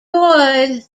doors